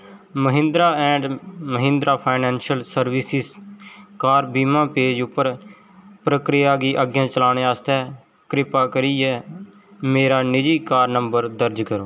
Mahindra and Mahindra financial सर्विसें car बीमा page उप्पर प्रक्रिया गी अग्गें चलाने आस्तै किरपा करियै मेरा निजी कार नंबर दर्ज करो